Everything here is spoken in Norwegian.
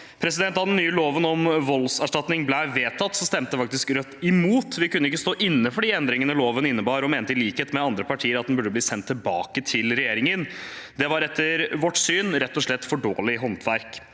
her i dag. Da den nye loven om voldserstatning ble vedtatt, stemte faktisk Rødt imot. Vi kunne ikke stå inne for de endringene loven innebar, og mente i likhet med andre partier at den burde bli sendt tilbake til regjeringen. Det var etter vårt syn rett og slett for dårlig håndverk.